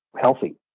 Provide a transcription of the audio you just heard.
healthy